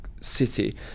city